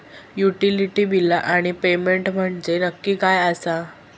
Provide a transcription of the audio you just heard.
Utility बिला आणि payment म्हंजे नक्की काय आसा?